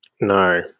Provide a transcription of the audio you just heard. No